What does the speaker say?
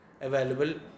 available